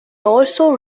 also